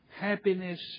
happiness